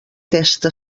testa